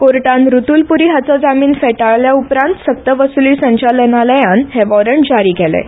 कोर्टान रुलूल पुरी हाचो जामीन फेटाळळे उपरांत सक्तवसुली संचालनालयान हे वॉरंट जारी केलें